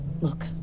Look